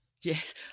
Yes